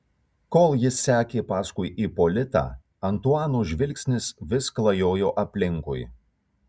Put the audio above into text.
kol jis sekė paskui ipolitą antuano žvilgsnis vis klajojo aplinkui